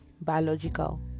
biological